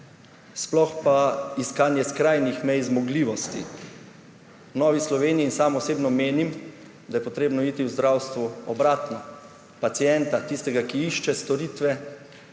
sploh pa iskanje skrajnih mej zmogljivosti. V Novi Sloveniji in sam osebno menim, da je potrebno iti v zdravstvu obratno. Pacienta, tistega, ki išče storitve